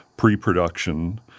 pre-production